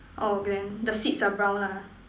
oh then the seats are brown lah